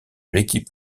l’équipe